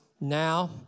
now